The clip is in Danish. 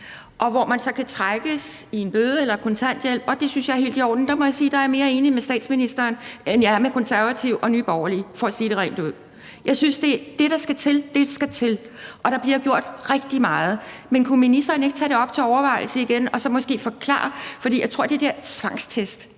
og hvor man så kan blive trukket i sin kontanthjælp eller få en bøde, og det synes jeg er helt i orden. Der må jeg sige, at jeg er mere enig med statsministeren, end jeg er med Konservative og Nye Borgerlige – for at sige det rent ud. Jeg synes, at det, der skal til, skal til, og der bliver gjort rigtig meget. Men kunne ministeren ikke tage det op til overvejelse igen og så måske forklare det? For jeg tror, at det der ord tvangstest